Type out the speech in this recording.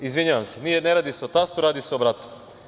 Izvinjavam se ne radi se o tastu, radi se o bratu.